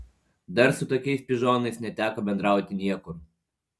dar su tokiais pižonais neteko bendrauti niekur